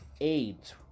AIDS